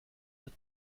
that